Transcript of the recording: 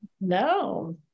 no